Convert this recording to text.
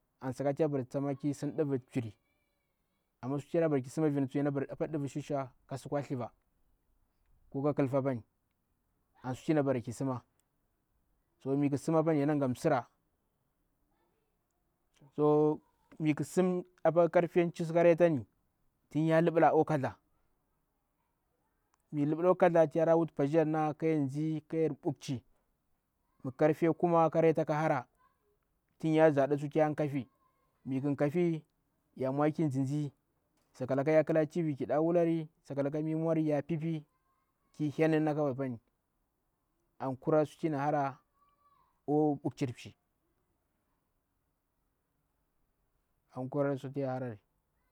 A sakatu yabara ki sim nɗuvir viri amma susum tiyabara ki simmni apaa nɗubi shussha ka sikwar thsiva ko ka khil fa pani ansu tu yana bara i sima. To mikli simaa pari yanagha msira. To mikhi simaa apa karfe chiissuuw than ya lubela kilo kathdja. Mikhi lubela akwo kathdja tin ya wutu patshij yerinna kayar mbukchi, karfe kuma ka rafa khi hara tin ya zaɗa tin yakaa fii, mikhi ka fi sakalaka ya kla tv ki wula sakalaka tsuwa ya piipii ki heninna kaway pani. An kura sutyana hara da mbukci mchi ankura sutu ya harari.